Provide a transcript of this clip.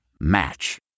Match